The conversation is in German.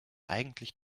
eigentlich